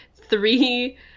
three